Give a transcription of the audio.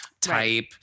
type